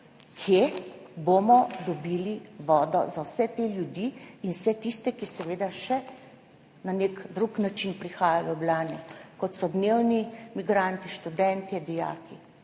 Kje bomo dobili vodo za vse te ljudi in vse tiste, ki seveda še na nek drug način prihajajo v Ljubljano, kot so dnevni migranti, študentje, dijaki?